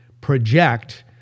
project